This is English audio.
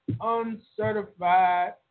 uncertified